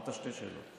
אמרת שתי שאלות.